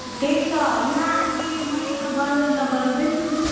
त्यही त होइन अहिले मैले त गराउनु त गराउँदैछु